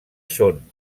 són